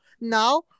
now